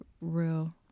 real